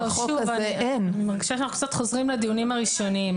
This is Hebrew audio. אני מרגישה שאנחנו קצת חוזרים לדיונים הראשונים.